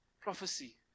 Prophecy